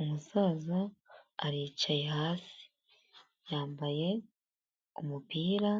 Umusaza aricaye hasi, yambaye umupira